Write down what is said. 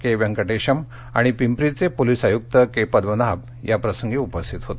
के व्यंकटेशम आणि पिंपरीचे पोलिस आयुक्त के पद्मनाभ उपस्थित होते